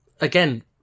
again